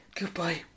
Goodbye